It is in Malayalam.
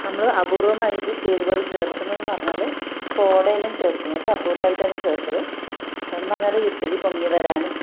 നമ്മൾ അപൂര്വമായിട്ട് ചേരുവകള് ചെര്ക്കുന്നതെന്ന് പറഞ്ഞാൽ സോഡ എല്ലാം ചേര്ക്കും അത് അപൂര്വമായിട്ടാണ് ചേര്ക്കൽ കാരണം എന്ന് പറഞ്ഞാൽ ഇഡലി പൊങ്ങി വരാനും